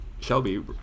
Shelby